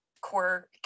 core